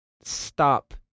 stop